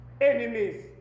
enemies